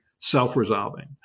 self-resolving